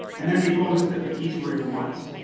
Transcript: and then they told us that the keys were in once.